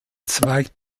zweigt